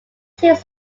takes